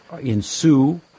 ensue